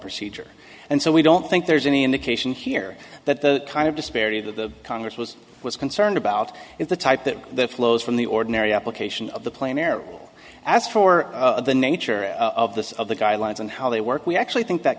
procedure and so we don't think there's any indication here that the kind of disparity that the congress was was concerned about is the type that that flows from the ordinary application of the plane air as for the nature of this of the guidelines and how they work we actually think that